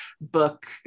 book